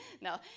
No